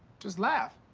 just laugh.